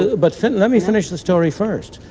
but let me finish the story first.